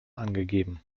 angegeben